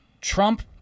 trump